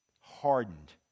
hardened